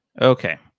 Okay